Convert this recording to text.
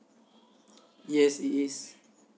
yes it is